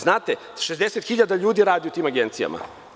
Znate, 60 hiljada ljudi radi u tim agencijama.